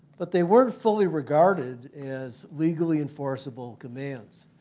but they weren't fully regarded as legally enforceable commands.